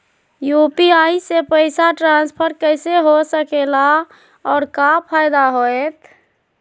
UPI से पैसा transfer कैसे हो सके ला और का फायदा होएत?